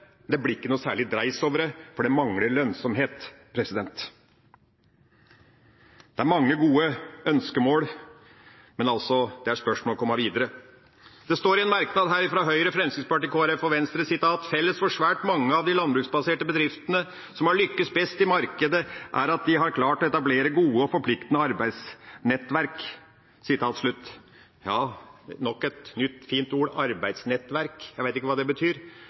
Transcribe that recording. Det blir ikke noe særlig dreis på det, for det mangler lønnsomhet. Det er mange gode ønskemål, men det er altså spørsmål om å komme videre. Det står i en merknad fra Høyre, Fremskrittspartiet, Kristelig Folkeparti og Venstre: «Felles for svært mange av de landbruksbaserte bedriftene som har lyktes best i markedet, er at de har klart å etablere gode og forpliktende arbeidsnettverk.» Ja, nok et nytt, fint ord, «arbeidsnettverk». Jeg vet ikke hva det betyr,